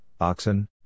oxen